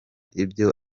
ibyo